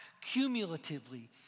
cumulatively